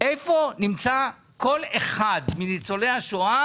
איפה נמצא כל אחד מניצולי השואה,